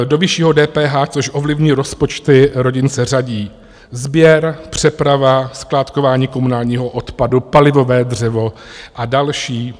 Do vyššího DPH, což ovlivní rozpočty rodin, se řadí sběr, přeprava, skládkování komunálního odpadu, palivové dřevo a další.